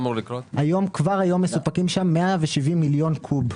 כבר היום מסופקים שם 170 מיליון קוב,